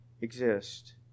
exist